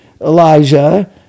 Elijah